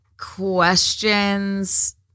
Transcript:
questions